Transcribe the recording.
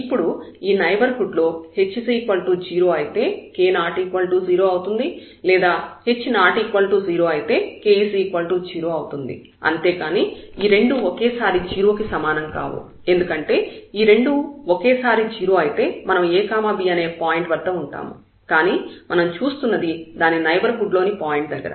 ఇప్పుడు ఈ నైబర్హుడ్ లో h 0 అయితే k ≠ 0 అవుతుంది లేదా h ≠ 0 అయితే k 0 అవుతుంది అంతేకానీ ఈ రెండూ ఒకేసారి 0 కి సమానం కావు ఎందుకంటే ఈ రెండూ ఒకేసారి 0 అయితే మనం a b వద్ద ఉంటాము కానీ మనం చూస్తున్నది దాని నైబర్హుడ్ లోని పాయింట్ దగ్గర